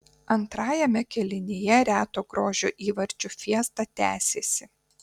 antrajame kėlinyje reto grožio įvarčių fiesta tęsėsi